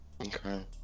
Okay